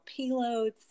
payloads